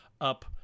up